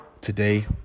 today